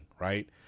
right